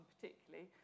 particularly